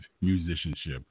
musicianship